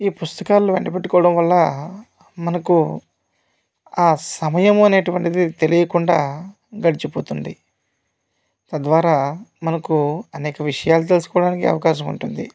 ఈ పుస్తకాలు వెంట పెట్టుకోవడం వల్ల మనకు ఆ సమయము అనే అటువంటిది తెలియకుండా గడిచిపోతుంది తద్వారా మనకు అనేక విషయాలు తెలుసుకోవడానికి అవకాశం ఉంటుంది